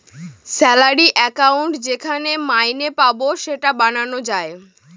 salary account যেখানে মাইনে পাবো সেটা বানানো যায়